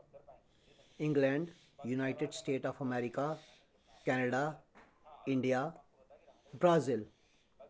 England united state of America Canada India Brazil